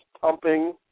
pumping